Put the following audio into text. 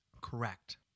Correct